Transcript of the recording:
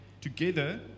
Together